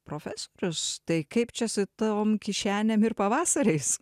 profesorius tai kaip čia su tom kišenėm ir pavasariais